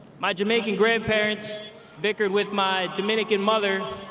my jamaican grandparents bickered with my dominican mother